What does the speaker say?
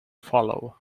follow